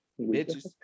Bitches